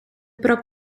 про